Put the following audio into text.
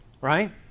Right